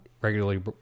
regularly